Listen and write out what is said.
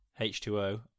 H2O